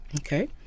Okay